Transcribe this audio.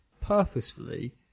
purposefully